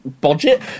budget